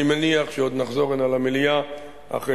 אני מניח שעוד נחזור הנה למליאה אחרי